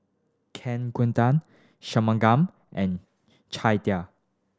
Kaneganti Shunmugam and Chandi